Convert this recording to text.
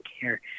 care